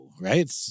Right